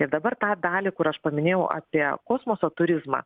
ir dabar tą dalį kur aš paminėjau apie kosmoso turizmą